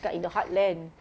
kat in the heartland